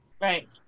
right